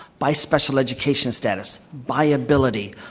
by special education status, by ability,